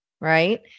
Right